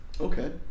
Okay